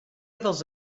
dels